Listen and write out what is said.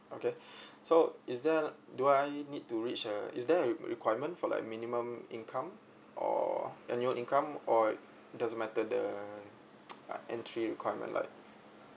okay so is there do I need to reach a is there a requirement for like minimum income or annual income or it doesn't matter the entry requirement like